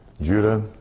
Judah